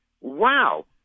Wow